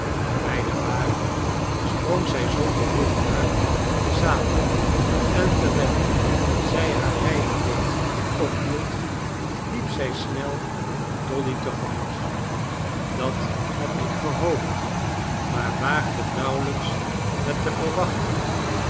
bij den wagen sprong zij zonder hulp uit den zadel en terwijl zij haar rijkleed ophield liep zij snel dolly te gemoet dat heb ik gehoopt maar waagde nauwelijks het te verwachten